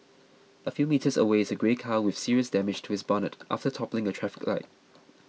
a few metres away is a grey car with serious damage to its bonnet after toppling a traffic light